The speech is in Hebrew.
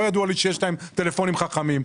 לא ידוע לי שיש להם טלפונים חכמים.